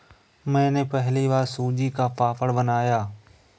मैंने पहली बार सूजी का पापड़ बनाया